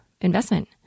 investment